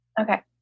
Okay